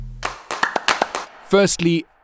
Firstly